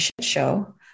show